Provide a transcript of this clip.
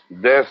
Death